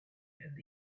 and